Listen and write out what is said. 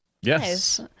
yes